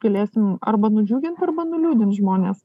galėsim arba nudžiugint arba nuliūdint žmones